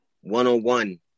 one-on-one